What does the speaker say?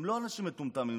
הם לא אנשים מטומטמים,